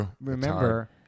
remember